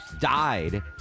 Died